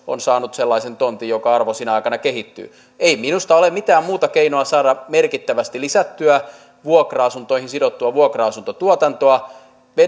on saanut sellaisen tontin jonka arvo sinä aikana kehittyy ei minusta ole mitään muuta keinoa saada merkittävästi lisättyä vuokra asuntoihin sidottua vuokra asuntotuotantoa